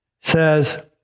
says